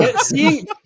seeing